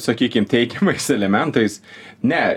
sakykim teigiamais elementais ne